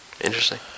Interesting